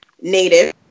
native